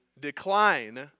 decline